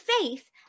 faith